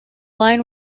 line